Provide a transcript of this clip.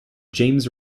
james